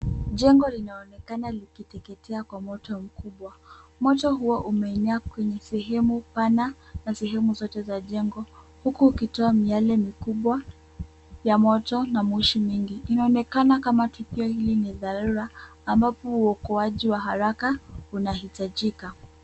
Jengo linaonekana likiteketea kwa moto mkubwa. Moto huo, umeenea kwenye sehemu pana na sehemu zote za jengo. Huku ukitoa miale mikubwa ya moto na moshi mwingi. Inaonekana kama tukio hili ni dharura ambapo uokoaji wa haraka unahitajika.